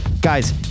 Guys